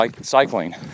cycling